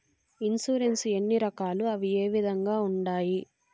insurance ఎన్ని రకాలు అవి ఏ విధంగా ఉండాయి